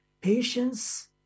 patience